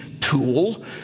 tool